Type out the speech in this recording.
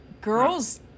girls